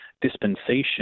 dispensation